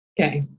Okay